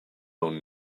own